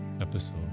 episode